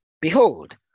behold